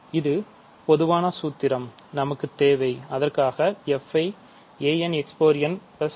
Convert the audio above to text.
இது பொதுவான சூத்திரம் நமக்குத் தேவை அதற்காக f ஐ a nxn